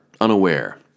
unaware